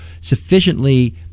sufficiently